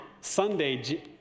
Sunday